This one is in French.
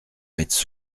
mettent